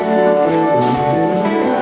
or